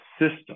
system